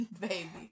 baby